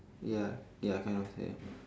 ya ya kind of that